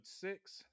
six